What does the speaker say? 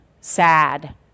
sad